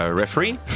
referee